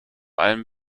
allem